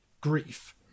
grief